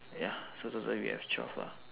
ya so total we have twelve lah